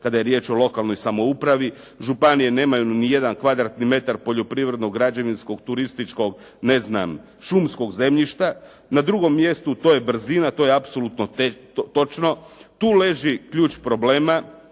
kada je riječ o lokalnoj samoupravi. Županije nemaju nijedan kvadratni metar poljoprivrednog, građevinskog, turističkog, ne znam šumskog zemljišta. Na drugom mjestu to je brzina, to je apsolutno točno. Tu leži ključ problema.